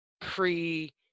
pre